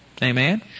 Amen